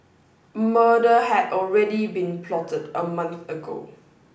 murder had already been plotted a month ago